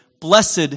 Blessed